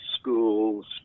schools